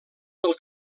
del